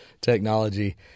technology